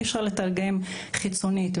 אי-אפשר לתרגם חיצונית,